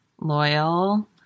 loyal